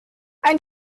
ein